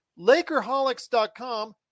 Lakerholics.com